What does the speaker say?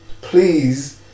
please